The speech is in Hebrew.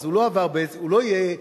אז הוא לא יהיה אשם.